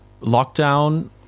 Lockdown